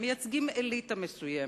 הם מייצגים אליטה מסוימת,